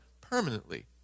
permanently